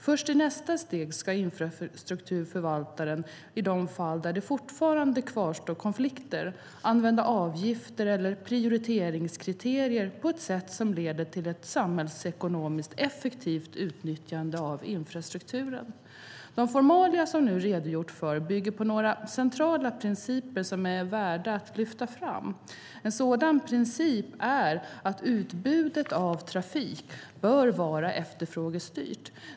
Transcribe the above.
Först i nästa steg ska infrastrukturförvaltaren, i de fall där det fortfarande kvarstår konflikter, använda avgifter eller prioriteringskriterier på ett sätt som leder till ett samhällsekonomiskt effektivt utnyttjande av infrastrukturen. De formalia som jag nu redogjort för bygger på några centrala principer som är värda att lyfta fram. En sådan princip är att utbudet av trafik bör vara efterfrågestyrt.